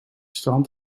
strand